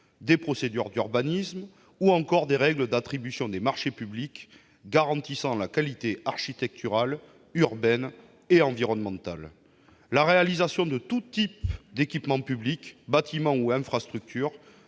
des procédures d'urbanisme ou des règles d'attribution des marchés publics, afin d'en garantir la qualité architecturale, urbaine et environnementale. La réalisation de tout type d'équipement public, bâtiment ou infrastructure